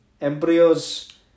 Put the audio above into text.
embryos